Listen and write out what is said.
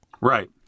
Right